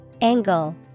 Angle